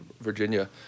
Virginia